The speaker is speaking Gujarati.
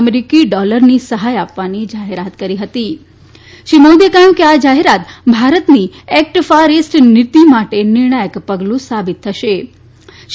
અમેરિકી ડોલરની સહાય આપવાની જાહેરાત કરી હતી શ્રી મોદીએ કહ્યું કે આ જાહેરાત ભારતની એક્ટ ફાર ઈસ્ટ નીતિ માટે નિર્ણાયક પગલું સાબિત થશેશ્રી